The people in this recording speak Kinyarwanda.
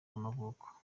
y’amavuko